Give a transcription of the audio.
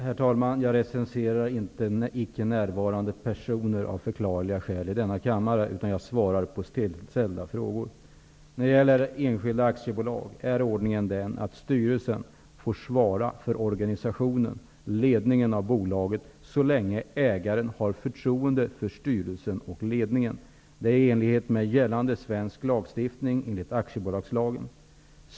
Herr talman! Jag recenserar av förklarliga skäl inte personer som icke är närvarande i denna kammare. Jag svarar på ställda frågor. För enskilda aktiebolag är ordningen den att styrelsen får svara för organisationen och ledningen av bolaget så länge ägaren har förtroende för styrelsen och ledningen. Det är i enlighet med gällande svensk lag, aktiebolagslagen.